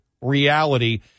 reality